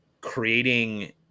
creating